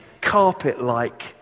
carpet-like